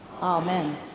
Amen